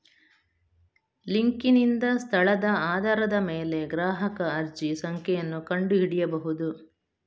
ಲಿಂಕಿನಿಂದ ಸ್ಥಳದ ಆಧಾರದ ಮೇಲೆ ಗ್ರಾಹಕರ ಅರ್ಜಿ ಸಂಖ್ಯೆಯನ್ನು ಕಂಡು ಹಿಡಿಯಬಹುದು